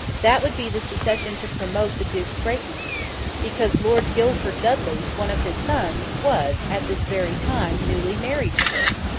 that would be the succession to promote the duke's greatness because lord guilford dudley, one of his sons, was, at this very time, newly married to her.